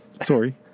Sorry